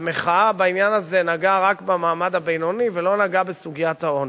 והמחאה בעניין הזה נגעה רק במעמד הבינוני ולא נגעה בסוגיית העוני.